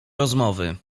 rozmowy